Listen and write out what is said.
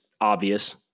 obvious